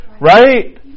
Right